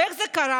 ואיך זה קרה?